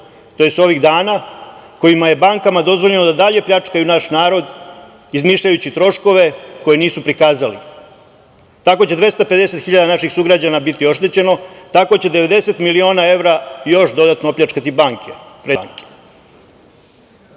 tj. ovih dana, kojima je bankama dozvoljeno da dalje pljačkaju naš narod izmišljajući troškove koji nisu prikazali. Tako će 250.000 naših sugrađana biti oštećeno, tako će 90 miliona evra još dodatno opljačkati banke,